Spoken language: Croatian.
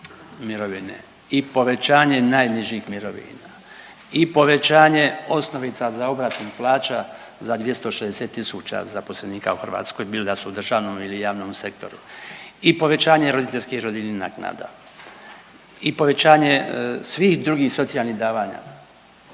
mirovine i povećanje najnižih mirovina i povećanje osnovica za obračun plaća za 260.000 zaposlenika u Hrvatskoj bilo da su u državnom ili javnom sektoru i povećanje roditeljskih i rodiljnih naknada i povećanje svih drugih socijalnih davanja